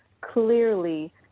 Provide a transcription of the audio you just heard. clearly